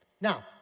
now